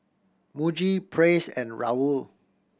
Muji Praise and Raoul